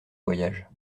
voyage